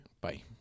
bye